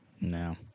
No